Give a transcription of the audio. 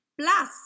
Plus